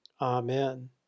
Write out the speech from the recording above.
Amen